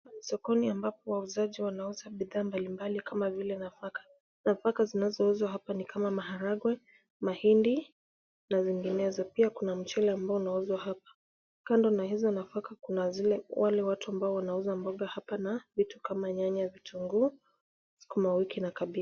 Sokoni ambapo wauzaji wanauza bidhaa mbali mbali kama vile nafaka. Nafaka zinauzouzwa hapa ni kama vile maharagwe, mahindi na minginezo. Pia, kuna mchele ambao unauzwa hapa. Kando na hizo nafaka kuna wale watu ambao wanauza mboga hapa na vitu kama nyanya, vitunguu, sukumawiki na kabeji.